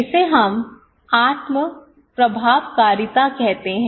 इसे हम आत्म प्रभावकारिता कहते हैं